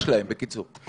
יש להם, בקיצור,